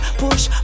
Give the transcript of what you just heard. push